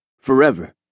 Forever